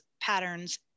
patterns